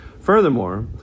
Furthermore